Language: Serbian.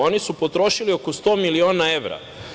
Oni su potrošili oko 100 miliona evra.